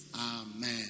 Amen